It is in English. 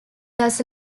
thus